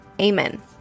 Amen